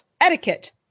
etiquette